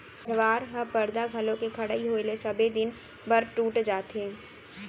परवार ह परदा घलौ के खड़इ होय ले सबे दिन बर टूट जाथे